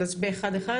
הצבעה בעד, 1